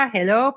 Hello